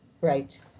right